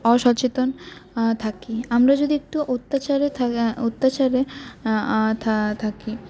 অসচেতন থাকি আমরা যদি একটু অত্যাচারে অত্যাচারে থা থাকি